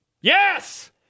Yes